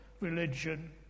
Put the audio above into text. religion